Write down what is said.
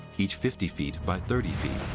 each fifty feet by thirty feet.